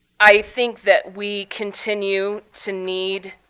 i think that we continue to need